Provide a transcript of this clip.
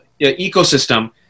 ecosystem